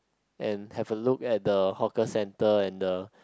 and have a look at the hawker center and the